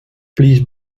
please